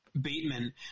Bateman